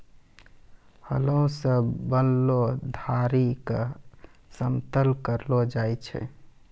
हलो सें बनलो धारी क समतल करलो जाय छै?